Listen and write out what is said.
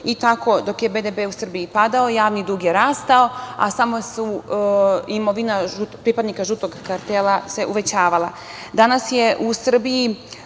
I tako, dok je BDP u Srbiji padao, javni dug je rastao, a samo se imovina pripadnika žutog kartela uvećavala. Danas